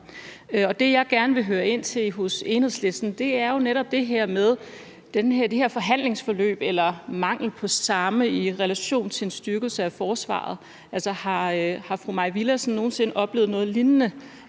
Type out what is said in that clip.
Det, jeg gerne vil spørge ind til hos Enhedslisten, er netop det her med det her forhandlingsforløb eller mangel på samme i relation til en styrkelse af forsvaret. Har fru Mai Villadsen nogen sinde oplevet noget lignende,